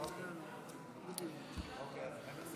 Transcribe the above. אבל מאחורי העניינים הטכניים עומד עניין מהותי.